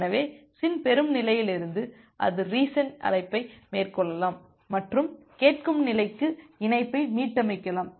எனவே SYN பெறும் நிலையிலிருந்து அது ரீசெட் அழைப்பை மேற்கொள்ளலாம் மற்றும் கேட்கும் நிலைக்கு இணைப்பை மீட்டமைக்கலாம்